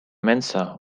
mensa